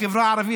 בחברה הערבית.